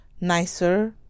nicer